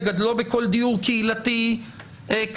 לא בכל דיור קהילתי קטן,